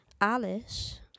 Alice